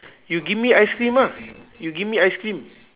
you give me ice cream ah you give me ice cream